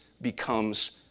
becomes